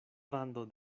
rando